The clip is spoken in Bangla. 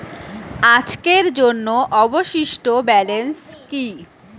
আজকের জন্য অবশিষ্ট ব্যালেন্স কি?